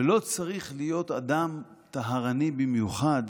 ולא צריך להיות אדם טהרני במיוחד